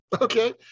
okay